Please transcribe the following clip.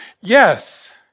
Yes